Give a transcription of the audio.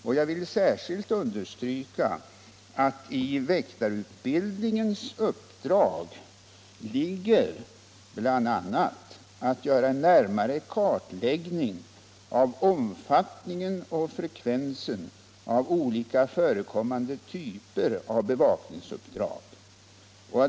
Och jag vill särskilt understryka att i väktarutbildningsutredningens uppdrag ingår bl.a. att göra en närmare kartläggning av omfattningen och frekvensen av olika förekommande typer av bevakningsuppdrag.